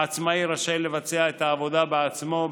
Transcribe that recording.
העצמאי רשאי לבצע את העבודה בעצמו,